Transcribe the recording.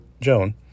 Joan